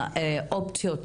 אופציות